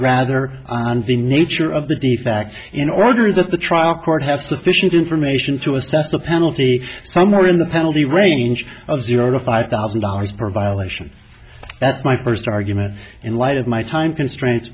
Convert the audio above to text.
on the nature of the facts in order that the trial court have sufficient information to assess a penalty somewhere in the penalty range of zero to five thousand dollars per violation that's my first argument in light of my time constraints